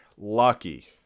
lucky